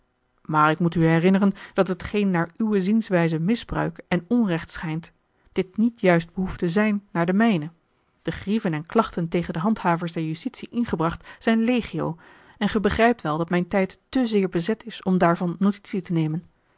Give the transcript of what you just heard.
maar ik moet u herinneren dat hetgeen naar uwe zienswijze misbruik en onrecht schijnt dit niet juist behoeft te zijn naar de mijne de grieven en klachten tegen de handhavers der justitie ingebracht zijn legio en gij begrijpt wel dat mijn tijd te zeer bezet is om daarvan notitie te nemen